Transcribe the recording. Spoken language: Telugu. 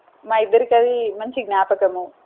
మా ఇద్దరికి అది మంచి జ్ఞాపకము